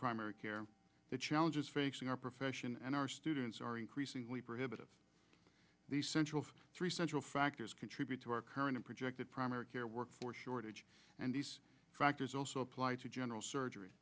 primary care the challenges facing our profession and our students are increasingly prohibitive central three central factors contribute to our current projected primary care workforce shortage and these factors also apply to general surgery